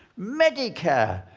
medicare,